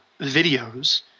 videos